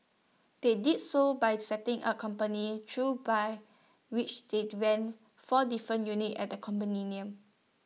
they did so by setting up companies through by which they'd rented four different units at the condominium